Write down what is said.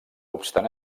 obstant